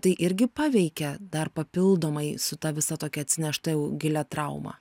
tai irgi paveikia dar papildomai su ta visa tokia atsinešta gilia trauma